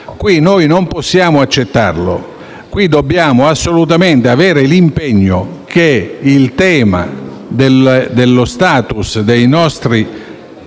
noi non possiamo accettarlo; qui noi dobbiamo assolutamente avere l'impegno che il tema dello *status* dei nostri